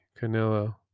Canelo